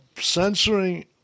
censoring